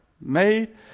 made